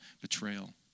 betrayal